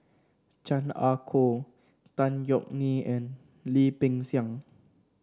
Chan Ah Kow Tan Yeok Nee and Lim Peng Siang